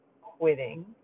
quitting